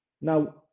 now